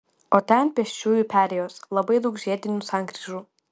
o ten pėsčiųjų perėjos labai daug žiedinių sankryžų